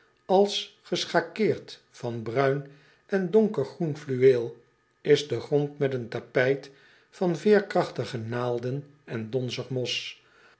als geschakeerd van bruin en donkergroen fluweel is de grond met zijn tapijt van veerkrachtige naalden en donzig mos